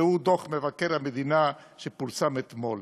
ראו דוח מבקר המדינה שפורסם אתמול.